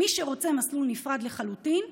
מי שרוצה מסלול נפרד לחלוטין,